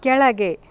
ಕೆಳಗೆ